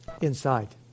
inside